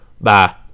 Bye